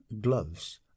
gloves